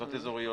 מועצות אזוריות,